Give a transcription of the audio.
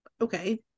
okay